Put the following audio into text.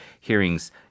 hearings